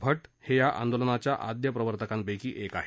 भट हे या आंदोलनाच्या आद्य प्रवर्तकांपैकी एक आहेत